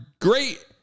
great